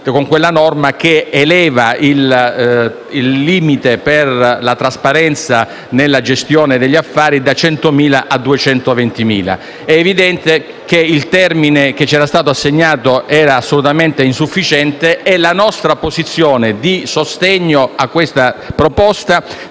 di quella norma che eleva il limite per la trasparenza nella gestione degli affari da 100.000 a 220.000 euro. È evidente che è il termine che ci era stato assegnato era assolutamente insufficiente. La nostra posizione di sostegno alla proposta